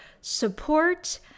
support